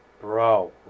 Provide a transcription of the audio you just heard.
Bro